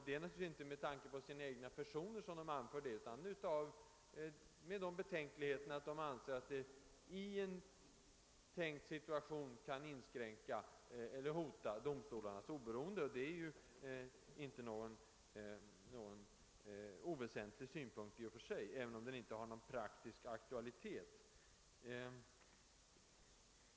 Det är naturligtvis inte med tanke på sina egna personer de säger detta, utan deras betänkligheter grundar sig på att de anser, att det i en tänkt situation kan hota domstolarnas oberoende, och det är ju inte någon oväsentlig synpunkt i och för sig, även om den inte har någon praktisk aktualitet.